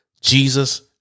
Jesus